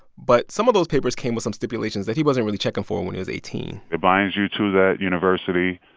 but some of those papers came with some stipulations that he wasn't really checking for when he was eighteen point it binds you to that university.